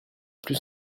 plus